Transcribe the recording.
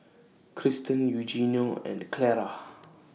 Krysten Eugenio and Clara